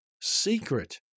secret